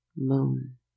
Moon